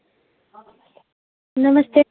नमस्ते